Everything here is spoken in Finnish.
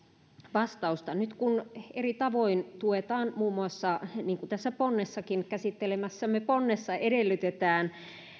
vastausta nyt kun jatkossa eri tavoin tuetaan niin kuin tässä käsittelemässämme ponnessakin edellytetään